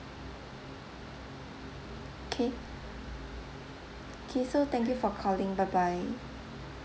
K K so thank you for calling bye bye